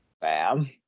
Bam